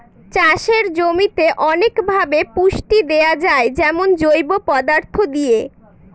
চাষের জমিতে অনেকভাবে পুষ্টি দেয়া যায় যেমন জৈব পদার্থ দিয়ে